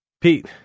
Pete